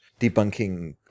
debunking